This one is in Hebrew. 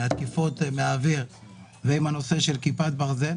על ידי תקיפות מן האוויר ועם כיפת ברזל.